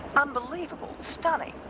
unbelievable, stunning,